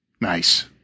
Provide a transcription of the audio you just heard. Nice